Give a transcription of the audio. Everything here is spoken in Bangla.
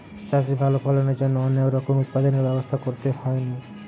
চাষে ভালো ফলনের জন্য অনেক রকমের উৎপাদনের ব্যবস্থা করতে হইন